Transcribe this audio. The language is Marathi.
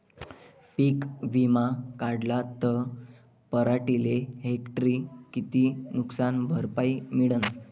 पीक विमा काढला त पराटीले हेक्टरी किती नुकसान भरपाई मिळीनं?